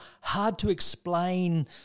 hard-to-explain